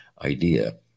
idea